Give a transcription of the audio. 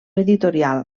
editorial